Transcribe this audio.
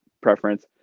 preference